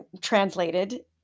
Translated